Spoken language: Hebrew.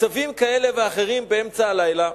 מקצבים כאלה ואחרים באמצע הלילה.